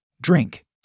Drink